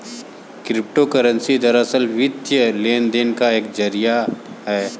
crypto currency दरअसल, वित्तीय लेन देन का एक जरिया है